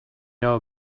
know